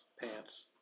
pants